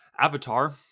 Avatar